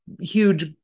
huge